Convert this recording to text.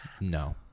no